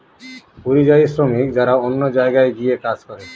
পরিযায়ী শ্রমিক যারা অন্য জায়গায় গিয়ে কাজ করে